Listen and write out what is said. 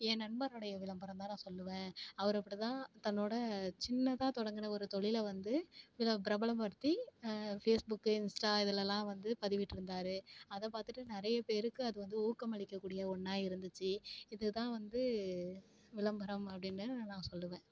என் நண்பரோடைய விளம்பரம் தான் நான் சொல்லுவேன் அவர் அப்போ தான் தன்னோடய சின்னதாக தொடங்கின ஒரு தொழில வந்து இவ்வளோ பிரபலம்படுத்தி ஃபேஸ்புக்கு இன்ஸ்ட்டா இதெலெல்லாம் வந்து பதிவிட்டிருந்தாரு அதை பார்த்துட்டு நிறைய பேருக்கு அது வந்து ஊக்கம் அளிக்கக்கூடிய ஒன்றா இருந்துச்சு இது தான் வந்து விளம்பரம் அப்படின்னு நான் சொல்லுவேன்